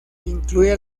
incluye